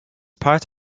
part